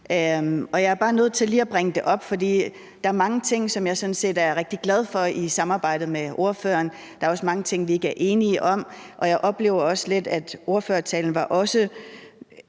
lige nødt til at bringe det op, for der er mange ting, som jeg sådan set er rigtig glad for i samarbejdet med ordføreren; der er også mange ting, vi ikke er enige om; og jeg oplever også lidt, at ordførertalen til tider